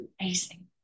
amazing